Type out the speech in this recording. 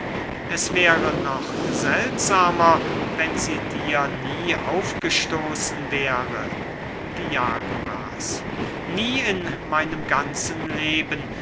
es wäre noch seltsamer wenn sie dir nie aufgestoßen wäre diagoras nie in meinem ganzen leben